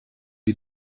wir